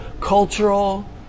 cultural